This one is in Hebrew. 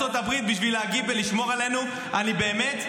ויותר מזה --- אתה רוצה דיון?